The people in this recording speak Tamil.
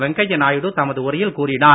வெங்கையா நாயுடு தமது உரையில் கூறினார்